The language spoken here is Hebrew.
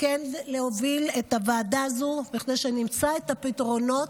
כן להוביל את הוועדה הזו כדי שנמצא את הפתרונות,